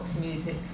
music